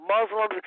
Muslims